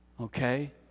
Okay